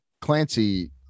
Clancy